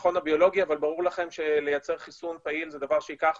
המכון הביולוגי אבל ברור לכם שלייצר חיסון פעיל זה דבר שייקח